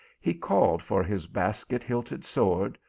he called for his basket-hilted sword,